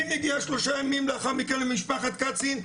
מי מגיע שלושה ימים לאחר מכן למשפחת קצין,